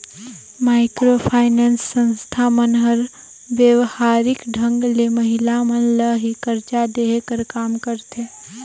micro finance संस्था मन हर बेवहारिक ढंग ले महिला मन ल ही करजा देहे कर काम करथे